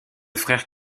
frère